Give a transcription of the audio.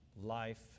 life